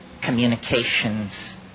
communications